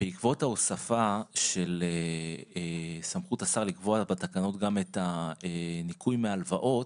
בעקבות ההוספה של סמכות השר לקבוע בתקנות גם את הניכוי מהלוואות,